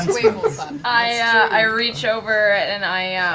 i reach over and i